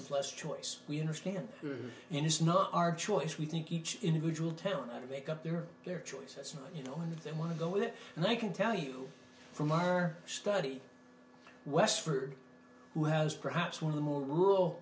of less choice we understand and it's not our choice we think each individual town i make up their their choices you know and they want to go with it and they can tell you from our study westford who has perhaps one of the more rural